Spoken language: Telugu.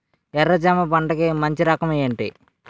ఎర్ర జమ పంట కి మంచి రకం ఏంటి?